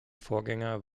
vorgänger